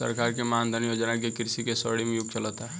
सरकार के मान धन योजना से कृषि के स्वर्णिम युग चलता